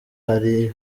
hariyo